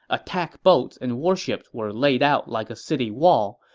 attack boats and warships were laid out like a city wall,